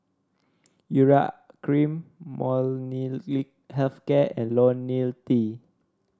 Urea Cream Molnylcke Health Care and IoniL T